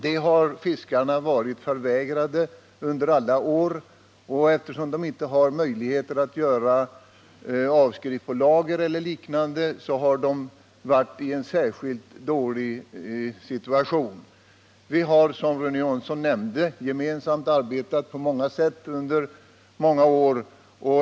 Detta har fiskarna varit förvägrade under alla år. Eftersom fiskarna inte har möjlighet att göra avskrivning på lager eller liknande har de varit i en särskilt dålig situation. Vi har, som Rune Johnsson nämnde, under många år på flera sätt arbetat gemensamt för detta.